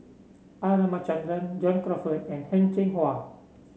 R Ramachandran John Crawfurd and Heng Cheng Hwa